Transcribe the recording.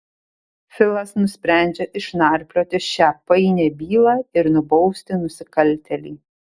filas nusprendžia išnarplioti šią painią bylą ir nubausti nusikaltėlį